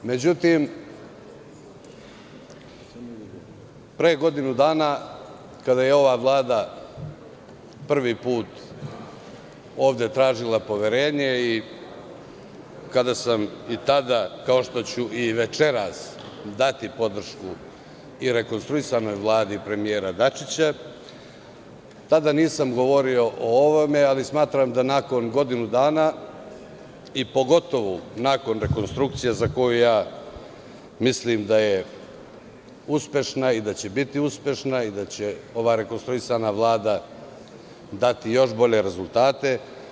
Međutim, pre godinu dana kada je ova vlada prvi put ovde tražila poverenje i kada sam i tada kao što ću i večeras dati podršku i rekonstruisanoj Vladi premijera Dačića, tada nisam govorio o ovome, ali smatram da nakon godinu dana i pogotovo nakon rekonstrukcije, a za koju mislim da će biti uspešna i da će rekonstruisana Vlada dati još bolje rezultate.